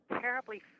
terribly